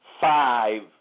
five